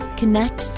connect